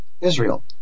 Israel